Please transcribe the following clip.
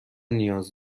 نیاز